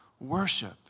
worship